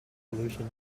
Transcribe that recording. collision